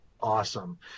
awesome